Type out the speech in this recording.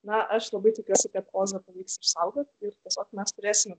na aš labai tikiuosi kad ozą pavyks išsaugoti ir tiesiog mes turėsime